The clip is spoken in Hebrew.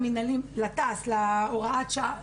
לתעש, להוראת השעה.